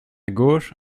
gauche